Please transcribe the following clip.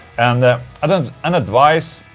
and i don't. an advice,